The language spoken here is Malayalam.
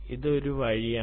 ഇത് ഒരു വഴിയാണ്